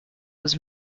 was